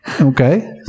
okay